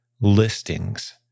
listings